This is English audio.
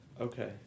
Okay